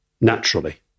naturally